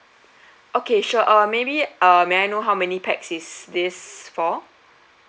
okay sure uh maybe uh may I know how many pax is this for